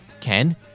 Ken